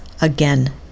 again